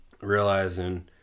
realizing